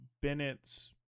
Bennett's